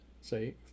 say